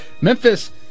Memphis